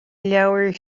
leabhair